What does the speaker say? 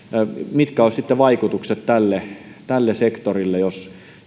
mitkä olisivat sitten vaikutukset tälle tälle sektorille jos